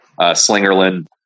Slingerland